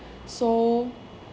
so